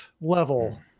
level